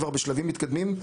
כבר בשלבים מתקדמים,